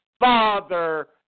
Father